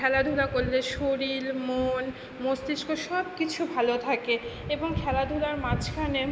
খেলাধুলা করলে শরীল মন মস্তিষ্ক সব কিছু ভালো থাকে এবং খেলাধুলার মাঝখানে